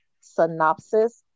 synopsis